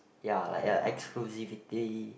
ya like a exclusivity thing